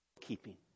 keeping